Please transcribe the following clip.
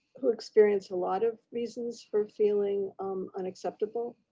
who experienced a lot of reasons for feeling unacceptable.